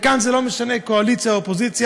וכאן זה לא משנה קואליציה או אופוזיציה,